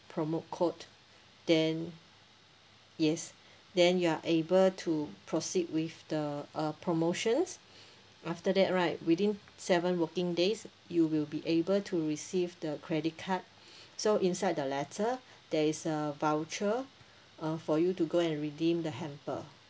promo code then yes then you are able to proceed with the uh promotions after that right within seven working days you will be able to receive the credit card so inside the letter there is a voucher uh for you to go and redeem the hamper